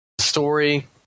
story